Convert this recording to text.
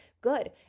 good